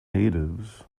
natives